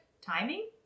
Timing